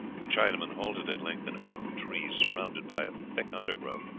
the chinaman halted at length in a clump of trees surrounded by a thick undergrowth.